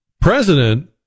president